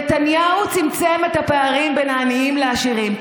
נתניהו צמצם את הפערים בין העניים לעשירים,